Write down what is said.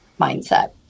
mindset